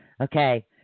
Okay